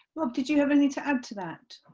rob, did you have anything to add to that?